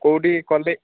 କେଉଁଠି କଲେ